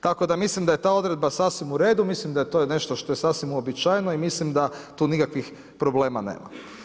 Tako da mislim da je ta odredba sasvim u redu, mislim da je to nešto što je sasvim uobičajeno i mislim da tu nikakvih problema nema.